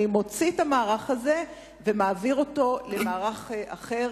אני מוציא מהמערך הזה ומעביר אותו למערך אחר,